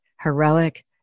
heroic